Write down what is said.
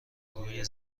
روی